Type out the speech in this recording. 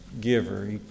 giver